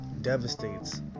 devastates